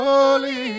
Holy